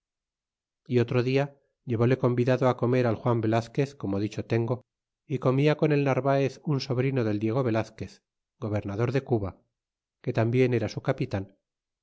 y otro dia llevéle convidado á comer al juan velazquez como dicho tengo y comia con el narvaez un sobrino del diego velazquez gobernador de cuba que tambien era su capitan